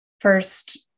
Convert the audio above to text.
first